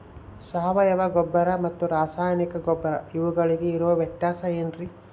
ಸಾವಯವ ಗೊಬ್ಬರ ಮತ್ತು ರಾಸಾಯನಿಕ ಗೊಬ್ಬರ ಇವುಗಳಿಗೆ ಇರುವ ವ್ಯತ್ಯಾಸ ಏನ್ರಿ?